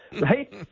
right